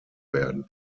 werden